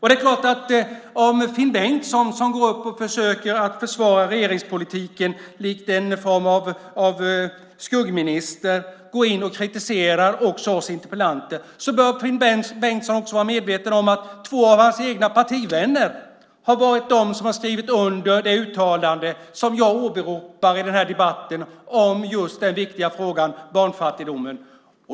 Det är klart att om Finn Bengtsson, som försöker försvara regeringspolitiken likt en skuggminister, också går in och kritiserar oss interpellanter bör Finn Bengtsson vara medveten om att två av hans egna partivänner har skrivit under det uttalande som jag åberopar i den här debatten om just den viktiga frågan barnfattigdomen.